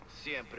siempre